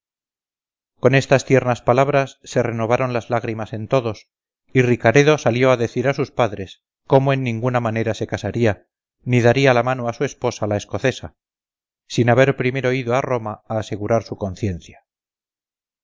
con estas tiernas palabras se renovaron las lágrimas en todos y ricaredo salió a decir a sus padres como en ninguna manera se casaría ni daría la mano a su esposa la escocesa sin haber primero ido a roma a asegurar su conciencia